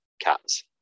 Cats